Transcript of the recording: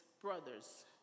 brothers